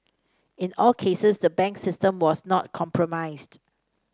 in all cases the banks system was not compromised